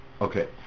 Okay